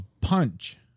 punch